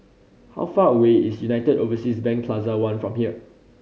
how far away is United Overseas Bank Plaza One from here